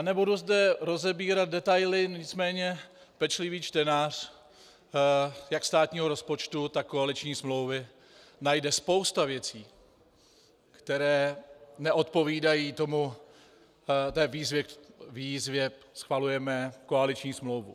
Nebudu zde rozebírat detaily, nicméně pečlivý čtenář jak státního rozpočtu, tak koaliční smlouvy najde spoustu věcí, které neodpovídají tomu, té výzvě, schvalujeme koaliční smlouvou.